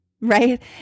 right